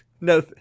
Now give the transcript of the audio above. No